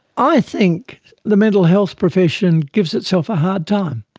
i think the mental health profession gives itself a hard time.